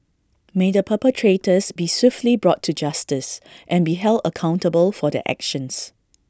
may the perpetrators be swiftly brought to justice and be held accountable for their actions